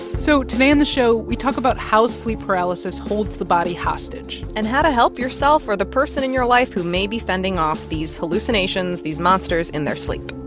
so today on the show, we talk about how sleep paralysis holds the body hostage and how to help yourself or the person in your life who may be fending off these hallucinations, these monsters in their sleep